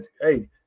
hey